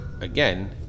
Again